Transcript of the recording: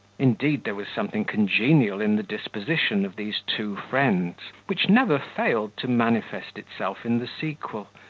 indeed, there was something congenial in the disposition of these two friends, which never failed to manifest itself in the sequel,